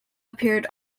appeared